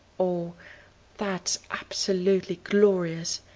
or that's absolutely glorious,